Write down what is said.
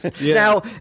now